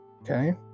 Okay